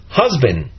husband